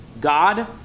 God